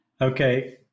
Okay